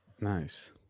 Nice